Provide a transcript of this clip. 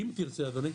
אם תרצה אדוני,